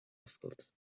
oscailt